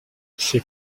ces